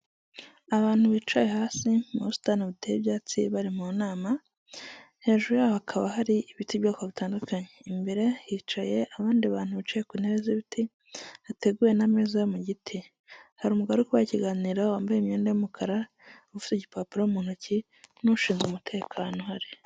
Abantu bicaye hasi mu busitani buteye ibyatsi bari mu nama, hejuru yaho hakaba hari ibiti by'ubwoko butandukanye. Imbere hicaye abandi bantu bicaye ku ntebe z'ibiti, hateguwe n'ameza yo mu giti. Hari umugabo urikubaha ikiganiro wambaye imyenda y'umukara, ufite igipapuro mu ntoki, n'ushinzwe umutekano uhari.